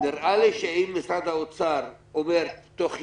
נראה לי שאם משרד האוצר אומר "תוך ימים",